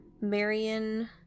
Marion